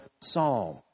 Psalm